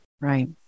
Right